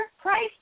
Price